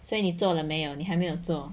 所以你做了没有你还没有做